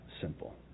simple